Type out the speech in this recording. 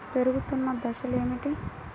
పెరుగుతున్న దశలు ఏమిటి?